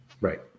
Right